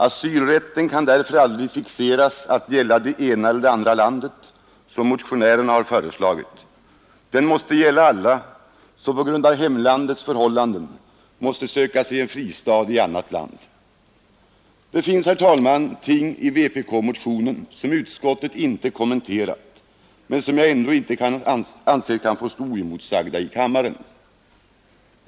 Asylrätten kan därför aldrig fixeras att gälla det ena eller det andra landet, som motionärerna föreslagit — den måste gälla alla som på grund av hemlandets förhållanden måste söka sig en fristad i annat land. Det finns, herr talman, ting i vpk-motionen som utskottet inte kommenterat men som jag ändå inte anser kan få stå oemotsagda i kammaren.